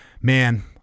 man